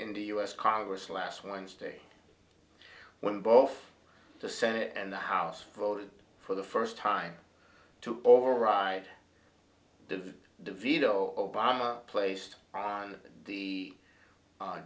in the u s congress last wednesday when both the senate and the house voted for the first time to override the veto obama placed on the